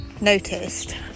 noticed